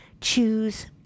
Choose